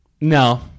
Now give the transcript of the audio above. No